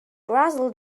brazil